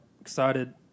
excited